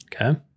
Okay